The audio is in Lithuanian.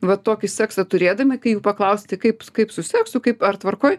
va tokį seksą turėdami kai jų paklausi tai kaip kaip su seksu kaip ar tvarkoj